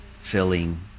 filling